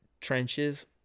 trenches